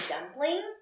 Dumpling